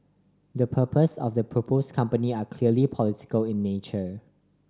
the purpose of the propose company are clearly political in nature